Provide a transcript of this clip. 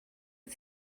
wyt